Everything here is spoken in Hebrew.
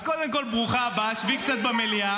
אז קודם כול ברוכה הבאה, שבי קצת במליאה.